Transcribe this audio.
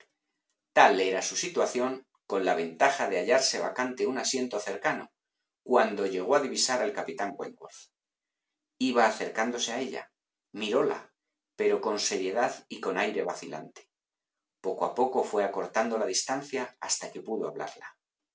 tal era su situación con la ventaja de hallarse vacante un asiento cercano cuando llegó a divisar al capitán wentworth iba acercándose a ella miróla pero con seriedad y con aire vacilante poco a poco fué acortando la distancia hasta que pudo hablarla